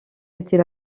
était